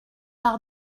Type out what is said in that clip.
par